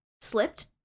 slipped